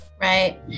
Right